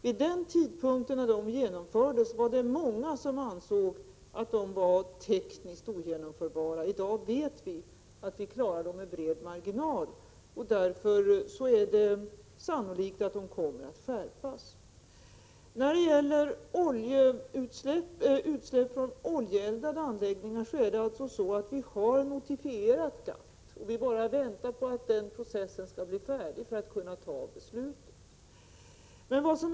Vid den tidpunkt då de genomfördes var det många som ansåg att de tekniskt sett var omöjliga att uppfylla. I dag vet vi att vi klarar av dem med bred marginal. Därför är det sannolikt att de kommer att skärpas. När det gäller utsläpp från oljeeldade anläggningar har vi notifierat GATT. Vi väntar bara på att processen skall bli färdig för att vi skall kunna fatta beslut.